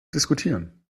diskutieren